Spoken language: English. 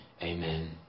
Amen